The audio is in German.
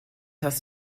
hast